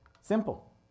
Simple